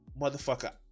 Motherfucker